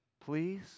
Please